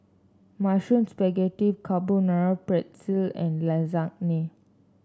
Mushroom Spaghetti Carbonara Pretzel and Lasagna